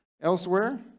elsewhere